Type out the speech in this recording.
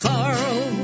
Carl